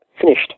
finished